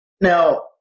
Now